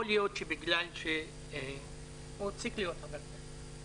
יכול להיות שבגלל שהוא הפסיק להיות חבר כנסת.